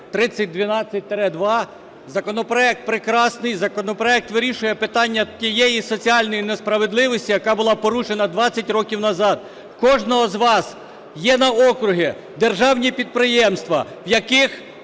3012-2. Законопроект прекрасний. Законопроект вирішує питання тієї соціальної несправедливості, яка була порушена 20 років назад. В кожного з вас є на округах державні підприємства, в яких